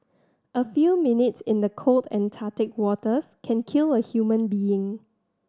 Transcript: a few minutes in the cold Antarctic waters can kill a human being